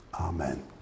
Amen